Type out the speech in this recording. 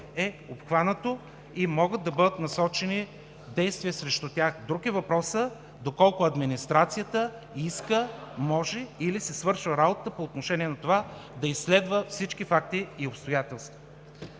е обхванато и могат да бъдат насочени действия срещу тях. Друг е въпросът доколко администрацията иска, може или си свършва работата по отношение на това да изследва всички факти и обстоятелства.